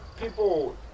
People